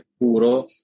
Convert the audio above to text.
puro